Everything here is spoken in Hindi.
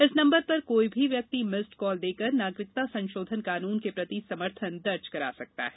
इस नंबर पर कोई भी व्यक्ति मिस्ड कॉल देकर नागरिकता संशोधन कानून के प्रति समर्थन दर्ज करा सकता है